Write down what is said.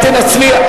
אל תנצלי,